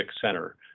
Center